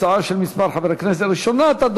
הצעות לסדר-היום מס' 1725,